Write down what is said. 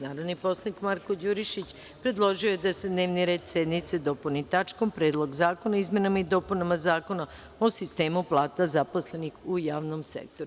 Narodni poslanik Marko Đurišić predložio je da se dnevni red sednice dopuni tačkom – Predlog zakona o izmenama i dopunama Zakona o sistemu plata zaposlenih u javnom sektoru.